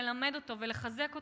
ללמד אותו ולחזק אותו,